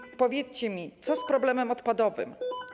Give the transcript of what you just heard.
I powiedzcie mi, co z problemem odpadowym.